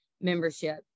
membership